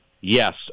Yes